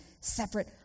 separate